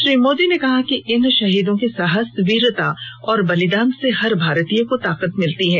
श्री मोदी ने कहा है कि इन शहीदों के साहस वीरता और बलिदान से हर भारतीय को ताकत मिलती है